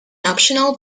optional